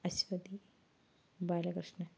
Aswathy Balakrishnan